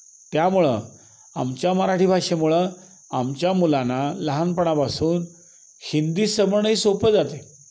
त्यामुळं आमच्या मराठी भाषेमुळं आमच्या मुलांना लहानपणापासून हिंदी समजणंही सोपं जाते